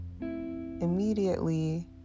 Immediately